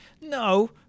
no